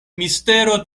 mistero